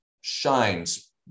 shines